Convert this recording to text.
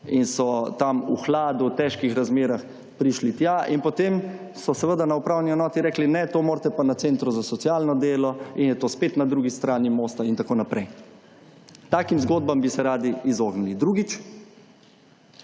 in so tam v hladu, v težkih razmerah prišli tja in potem so seveda na Upravni enoti rekli ne, to morate pa na Centru za socialno delo in je to spet na drugi strani mosta in tako naprej. Takšnim zgodbam bi se radi izognili. Drugič,